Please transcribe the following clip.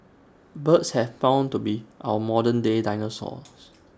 birds have been found to be our modern day dinosaurs